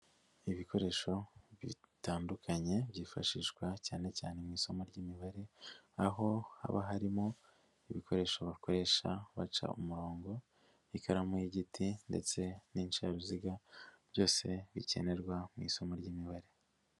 Ibikoresho bitandukanye byifashishwa cyane cyane mu isomo ry'imibare, aho haba harimo ibikoresho bakoresha baca umurongo n'ikaramu y'igiti ndetse n'insharuziga, byose bikenerwa mu isomo ry'imibare.